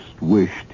wished